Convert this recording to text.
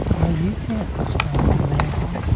well. you can't describe the mansion